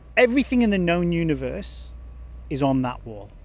everything in the known universe is on that wall.